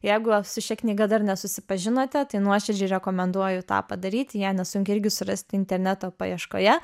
jeigu su šia knyga dar nesusipažinote tai nuoširdžiai rekomenduoju tą padaryti ją nesunkiai irgi surasite interneto paieškoje